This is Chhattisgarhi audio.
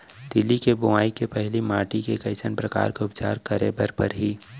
तिलि के बोआई के पहिली माटी के कइसन प्रकार के उपचार करे बर परही?